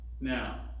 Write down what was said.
now